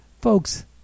Folks